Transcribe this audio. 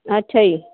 ਅੱਛਾ ਜੀ